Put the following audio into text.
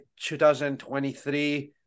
2023